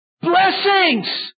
Blessings